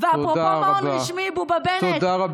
ואפרופו מעון רשמי, בובה-בנט, תודה רבה.